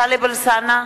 טלב אלסאנע,